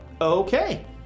Okay